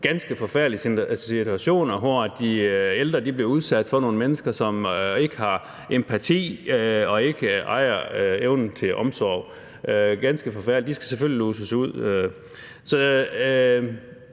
ganske forfærdelige situationer, hvor de ældre var blevet udsat for nogle mennesker, som ikke har empati og ikke ejer evnen til omsorg, ganske forfærdeligt, og de skal selvfølgelig lodses ud.